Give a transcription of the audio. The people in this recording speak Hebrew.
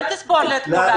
אל תספור כאן את כולם.